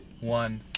one